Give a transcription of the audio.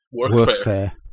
workfare